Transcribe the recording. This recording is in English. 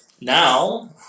Now